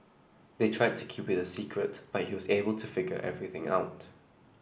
they tried to keep it a secret but he was able to figure everything out